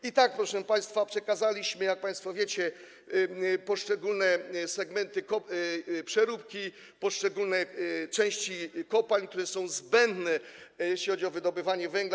I tak, proszę państwa, przekazaliśmy, jak państwo wiecie, poszczególne segmenty przeróbki, poszczególne części kopalń, które są zbędne, jeśli chodzi o wydobywanie węgla.